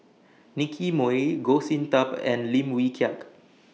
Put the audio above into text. Nicky Moey Goh Sin Tub and Lim Wee Kiak